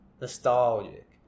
nostalgic